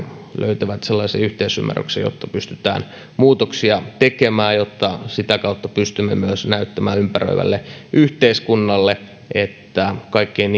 löytävät sellaisen yhteisymmärryksen että pystytään muutoksia tekemään jotta sitä kautta pystymme myös näyttämään ympäröivälle yhteiskunnalle että kaikkien